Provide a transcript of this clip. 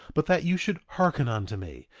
but that you should hearken unto me,